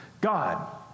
God